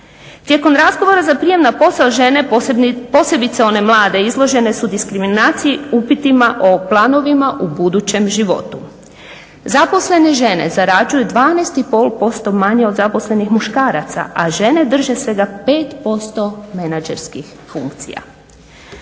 Tijekom razgovora za prijem na posao žene, posebice one mlade izložene su diskriminaciji upitima o planovima u budućem životu. Zaposlene žene zarađuju 12 i pol posto manje od zaposlenih muškaraca, a žene drže svega 5% menadžerskih funkcija.